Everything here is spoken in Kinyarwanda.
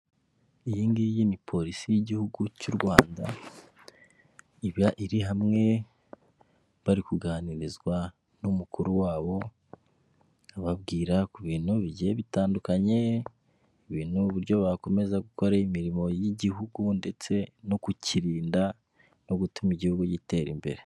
Iyi ngiyi ni polisi y'igihugu cy'u Rwanda, iba iri hamwe bari kuganirizwa n'umukuru wabo ababwira ku bintu bigiye bitandukanye ibintu uburyo bakomeza gukora imirimo y'igihugu ndetse no kukirinda no gutuma igihugu gitera imbere.